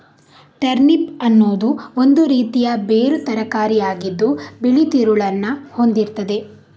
turnip ಅನ್ನುದು ಒಂದು ರೀತಿಯ ಬೇರು ತರಕಾರಿ ಆಗಿದ್ದು ಬಿಳಿ ತಿರುಳನ್ನ ಹೊಂದಿರ್ತದೆ